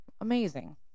Amazing